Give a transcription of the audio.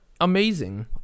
Amazing